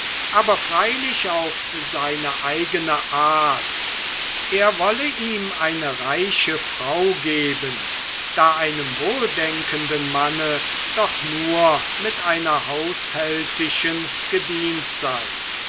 aber freilich auf seine eigene art er wolle ihm eine reiche frau geben da einem wohldenkenden manne doch nur mit einer haushältischen gedient sei